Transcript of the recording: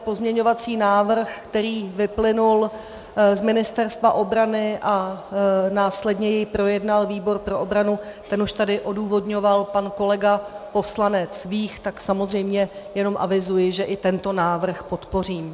Pozměňovací návrh, který vyplynul z Ministerstva obrany a následně jej projednal výbor pro obranu, ten už tady odůvodňoval pan kolega poslanec Vích, tak samozřejmě jenom avizuji, že i tento návrh podpořím.